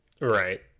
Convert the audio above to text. Right